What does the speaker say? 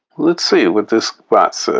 let's see what this bot says.